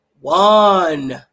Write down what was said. One